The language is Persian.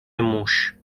موش